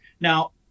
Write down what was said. Now